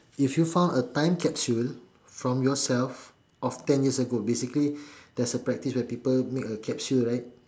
if you found a time capsule from yourself of ten years ago basically there's a practice where people make a capsule right